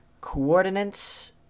Coordinates